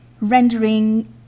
rendering